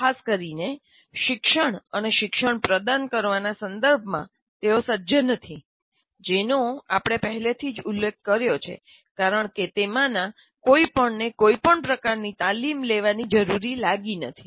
ખાસ કરીને શિક્ષણ અને શિક્ષણપ્રદાન કરવાનાંના સંદર્ભમાં તેઓ સજ્જ નથી જેનો આપણે પહેલેથી જ ઉલ્લેખ કર્યો છે કારણકે તેમાંના કોઈપણને કોઈપણ પ્રકારની તાલીમ લેવાની જરૂર લાગી નથી